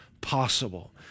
Possible